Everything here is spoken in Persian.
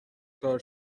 کار